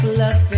love